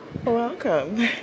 Welcome